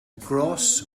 gross